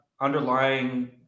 underlying